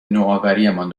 نوآوریمان